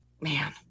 Man